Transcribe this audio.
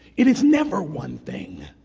it is never one thing.